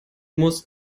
musst